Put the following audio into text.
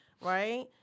right